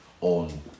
on